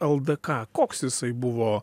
ldk koks jisai buvo